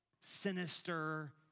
sinister